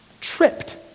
tripped